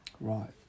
Right